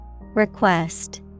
Request